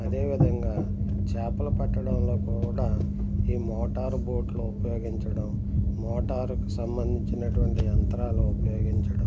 అదే విధంగా చేపలు పట్టడంలో కూడా ఈ మోటార్ బోట్లు ఉపయోగించడం మోటారుకు సంబంధించినటువంటి యంత్రాలు ఉపయోగించడం